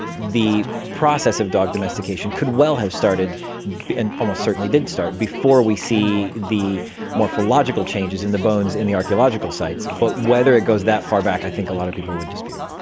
the process of dog domestication could well have started and almost certainly did start before we see the morphological changes in the bones in the archaeological sites, but whether it goes that far back i think a lot of people would dispute.